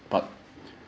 but